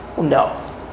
No